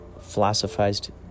philosophized